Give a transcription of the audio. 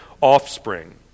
offspring